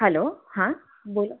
hello હા બોલો